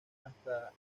hasta